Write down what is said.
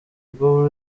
bwo